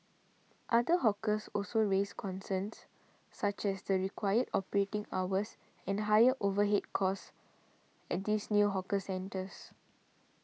other hawkers also raised concerns such as the required operating hours and higher overhead costs at these new hawker centres